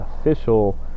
official